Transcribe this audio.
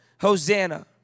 Hosanna